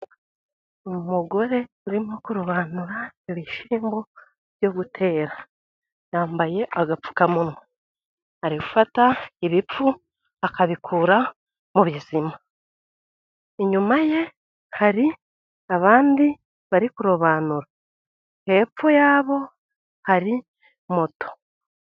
Umugore urimo kurobanura ibishyimbo byo gutera, yambaye agapfukamunwa ari gufata ibipfu akabikura mu bizima, inyuma ye hari abandi bari kurobanura, hepfo yabo hari moto.